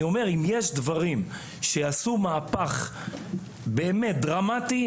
אני אומר אם יש דברים שיעשו מהפך באמת דרמטי,